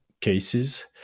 cases